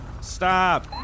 Stop